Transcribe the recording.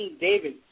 David